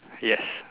yes